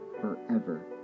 forever